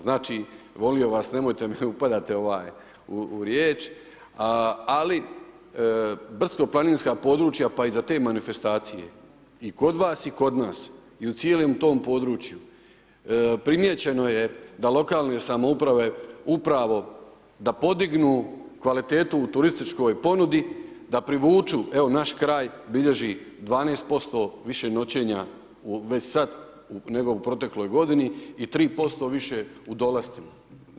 Znači nemojte mi upadat u riječ, ali brdsko planinska područja pa i za te manifestacije i kod vas i kod nas i u cijelom tom području, primijećeno je da lokalne samouprave upravo da podignu kvalitetu u turističkoj ponudi, da privuču, evo naš kraj bilježi 12% više noćenja već sad nego u protekloj godini i 3% više u dolascima.